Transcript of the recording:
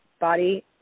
body